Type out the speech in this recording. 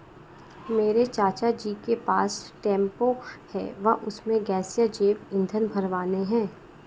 मेरे चाचा जी के पास टेंपो है वह उसमें गैसीय जैव ईंधन भरवाने हैं